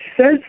says